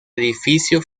edificio